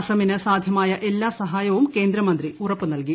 അസ്സമിന് സാധ്യൂമായ എല്ലാ സഹായവും കേന്ദ്രമന്ത്രി ഉറപ്പ് നൽകി